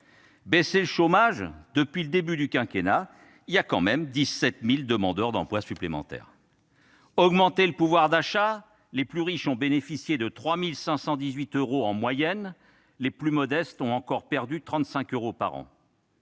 Baisser le chômage ? Depuis le début du quinquennat, il y a tout de même 17 000 demandeurs d'emploi supplémentaires. Augmenter le pouvoir d'achat ? Les plus riches ont bénéficié de 3 518 euros en moyenne ; les plus modestes ont encore perdu 35 euros par an.